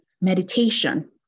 Meditation